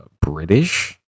British